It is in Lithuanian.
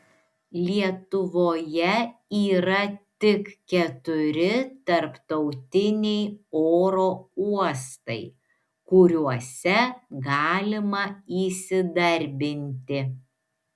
lietuvoje yra tik keturi tarptautiniai oro uostai kuriuose galima įsidarbinti